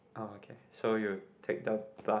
oh okay so you take down bus